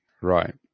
Right